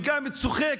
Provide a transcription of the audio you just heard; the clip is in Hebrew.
וגם וצוחק,